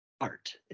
art